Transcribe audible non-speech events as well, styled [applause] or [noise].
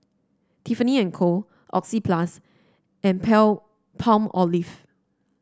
Tiffany And Co Oxyplus and [unintelligible] Palmolive